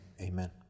Amen